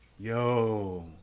Yo